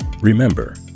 remember